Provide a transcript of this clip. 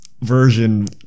version